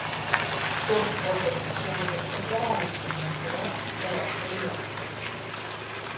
tokį potvarkį išleido federalinė agentūra rosaviacija